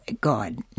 God